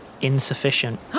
Insufficient